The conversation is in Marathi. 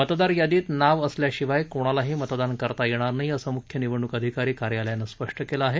मतदार यादीत नाव असल्याशिवाय कोणालाही मतदान करता येणार नाही असं मुख्य निवडणूक अधिकारी कार्यालयानं स्पष्ट केलं आहे